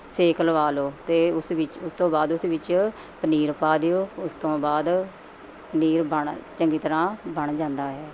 ਸੇਕ ਲਵਾ ਲਓ ਅਤੇ ਉਸ ਵਿੱਚ ਉਸ ਤੋਂ ਬਾਅਦ ਉਸ ਵਿੱਚ ਪਨੀਰ ਪਾ ਦਿਓ ਉਸ ਤੋਂ ਬਾਅਦ ਪਨੀਰ ਬਣ ਚੰਗੀ ਤਰ੍ਹਾਂ ਬਣ ਜਾਂਦਾ ਹੈ